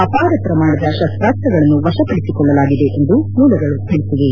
ಅಪಾರ ಪ್ರಮಾಣದ ಶಸ್ತಾಸ್ತಗಳನ್ನು ವಶಪಡಿಸಿಕೊಳ್ಳಲಾಗಿದೆ ಎಂದು ಮೂಲಗಳು ತಿಳಿಸಿವೆ